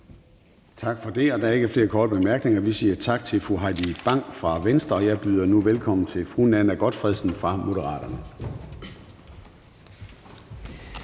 Tak for det. Der er ikke flere korte bemærkninger. Vi siger tak til fru Heidi Bank fra Venstre. Jeg byder nu velkommen til fru Nanna W. Gotfredsen fra Moderaterne.